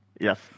Yes